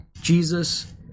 Jesus